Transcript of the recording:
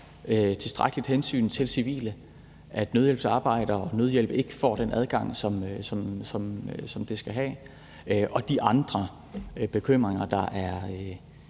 tilstrækkeligt hensyn til civile, og at nødhjælp og nødhjælpsarbejdere ikke får den adgang, som man skal have, og de andre bekymringer, som det